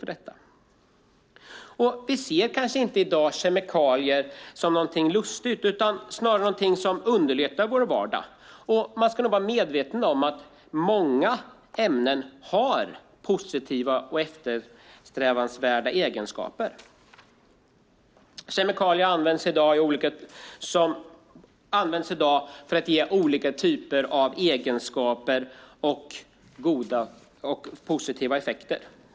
I dag ser vi kanske inte kemikalier som något konstigt utan snarare som något som underlättar vår vardag. Man ska vara medveten om att många ämnen har positiva och eftersträvansvärda egenskaper. Många kemikalier används för att de har goda egenskaper och ger positiva effekter.